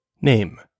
Name